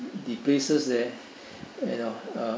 the places there you know uh